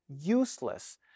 useless